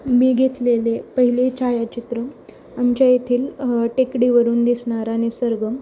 मी घेतलेले पहिले छायाचित्र आमच्या येथील टेकडीवरून दिसणारा निसर्ग